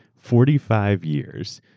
forty five years,